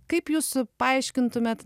kaip jūs paaiškintumėt